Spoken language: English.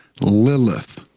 Lilith